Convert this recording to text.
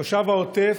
תושב העוטף,